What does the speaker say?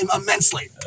immensely